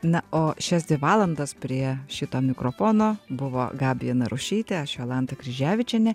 na o šias dvi valandas prie šito mikrofono buvo gabija narušytė aš jolanta kryževičienė